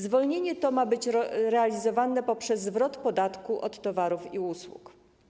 Zwolnienie to ma być realizowane poprzez zwrot podatku od towarów i usług.